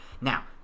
now